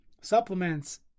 supplements